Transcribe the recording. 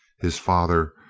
his father,